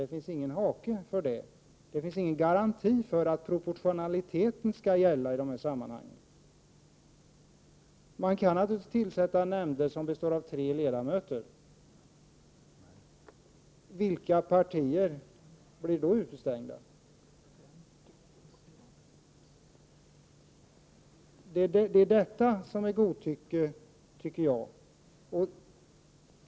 Det finns ingen garanti för att proportionaliteten skall gälla i dessa sammanhang. Man kan naturligtvis tillsätta nämnder som består av tre ledamöter. Vilka partier blir då utestängda? Jag anser att det är detta som gör det hela godtyckligt.